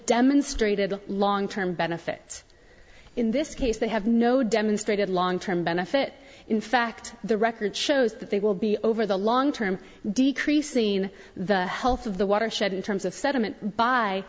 demonstrated long term benefit in this case they have no demonstrated long term benefit in fact the record shows that they will be over the long term decreasing the health of the watershed in terms of sediment by